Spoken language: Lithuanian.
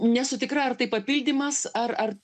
nesu tikra ar tai papildymas ar ar